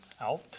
out